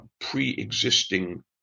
pre-existing